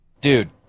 dude